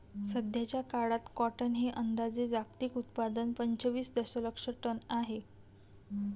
सध्याचा काळात कॉटन हे अंदाजे जागतिक उत्पादन पंचवीस दशलक्ष टन आहे